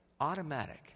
automatic